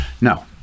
No